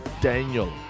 Daniel